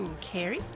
Carrie